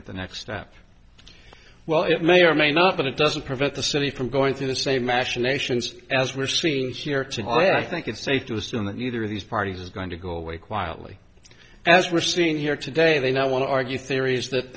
at the next step well it may or may not but it doesn't prevent the city from going through the same machinations as we're seeing here tonight i think it's safe to assume that either of these parties is going to go away quietly as we're sitting here today they now want to argue theories that